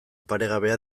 paregabea